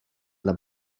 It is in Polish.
dla